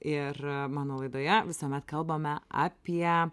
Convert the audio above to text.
ir mano laidoje visuomet kalbame apie